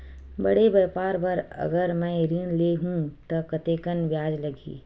बड़े व्यापार बर अगर मैं ऋण ले हू त कतेकन ब्याज लगही?